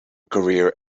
career